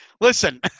Listen